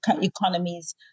economies